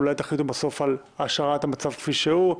אולי תחליטו בסוף על השארת המצב כפי שהוא,